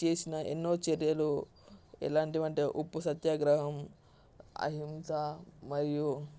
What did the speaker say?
చేసిన ఎన్నో చర్యలు ఎలాంటివంటే ఉప్పు సత్యాగ్రహం అహింస మరియు